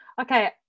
okay